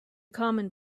common